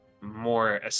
more